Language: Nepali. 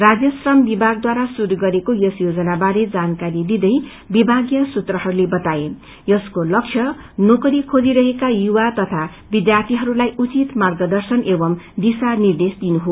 राज्य श्रम विभागद्वारा श्रुरू गरिएको यस योजनाको बारे जानकारी दिंदै विभागीय सूत्रहरूले बताए यसको लक्ष्य नोकरी खेजिरहेका युवा तथ विध्यार्थीहरूलाइ उचित मार्गदर्शन एवं दिशा निर्देश दिनु हो